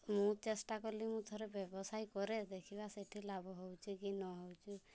ମୁଁ ଚେଷ୍ଟା କଲି ମୁଁ ଥରେ ବ୍ୟବସାୟୀ କରେ ଦେଖିବା ସେଇଠି ଲାଭ ହେଉଛି କି ନ ହେଉଛି